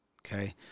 Okay